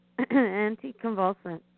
anticonvulsant